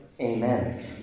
Amen